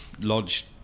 Lodged